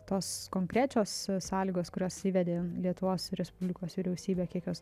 tos konkrečios sąlygos kurias įvedė lietuvos respublikos vyriausybė kiek jos